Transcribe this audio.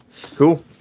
cool